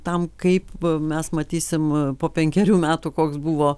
tam kaip mes matysim po penkerių metų koks buvo